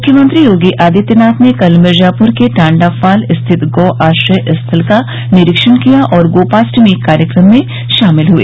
मुख्यमंत्री योगी आदित्यनाथ ने कल मिर्ज़ापुर के टांडा फाल स्थित गौ आश्रय स्थल का निरीक्षण किया और गोपाष्टमी कार्यक्रम में शामिल हुए